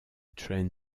trent